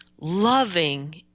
loving